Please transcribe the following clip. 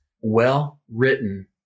well-written